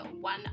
one